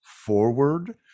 forward